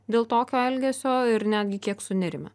dėl tokio elgesio ir netgi kiek sunerimę